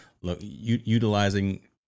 utilizing